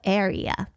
area